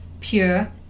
pure